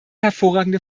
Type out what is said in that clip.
hervorragende